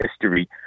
history